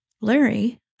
Larry